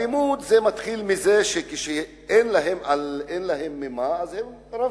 אלימות מתחילה כשאין להם ממה לחיות,